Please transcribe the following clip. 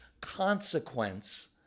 consequence